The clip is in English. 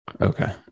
Okay